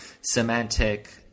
semantic